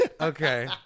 Okay